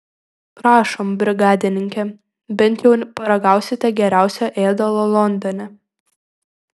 prašom brigadininke bent jau paragausite geriausio ėdalo londone